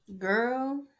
girl